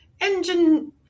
engine